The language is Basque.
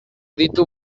ditu